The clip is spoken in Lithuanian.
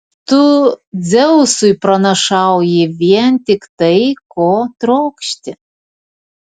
tu dzeusui pranašauji vien tik tai ko trokšti